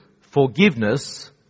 forgiveness